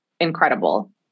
incredible